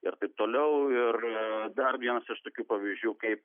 ir taip toliau ir dar vienas iš tokių pavyzdžių kaip